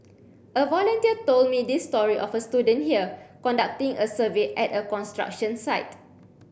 a volunteer told me this story of a student here conducting a survey at a construction site